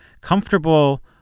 comfortable